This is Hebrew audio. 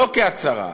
לא כהצהרה,